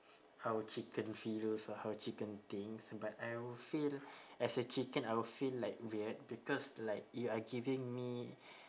how a chicken feels or how chicken thinks but I would feel as a chicken I will feel like weird because like you are giving me